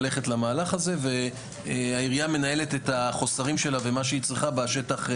ללכת למהלך הזה והעירייה מנהלת את החוסרים שלה ומה שהיא צריכה בשטח,